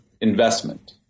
investment